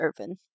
Irvin